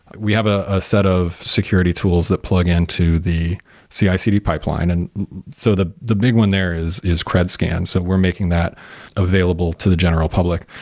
we have a ah set of security tools that plug into the cicd pipeline. and so the the big one there is is cred scan, so we're making that available to the general public.